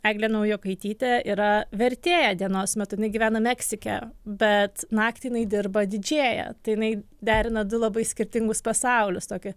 eglė naujokaitytė yra vertėja dienos metu jinai gyvena meksike bet naktį jinai dirba didžėją tai jinai derina du labai skirtingus pasaulius tokia